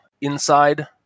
inside